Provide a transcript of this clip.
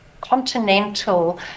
continental